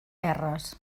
erres